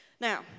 Now